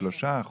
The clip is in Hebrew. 33%,